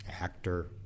actor